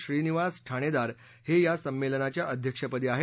श्रीनिवास ठाणेदार हे या संमेलनाच्या अध्यक्षपदी आहेत